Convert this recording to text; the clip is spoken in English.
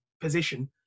position